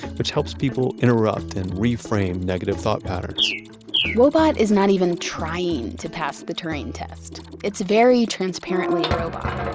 which helps people interrupt and reframe negative thought patterns woebot is not even trying to pass the turing test. it's very transparently a robot.